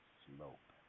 slope